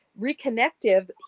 reconnective